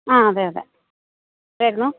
ആ അതെ അതെ ആരായിരുന്നു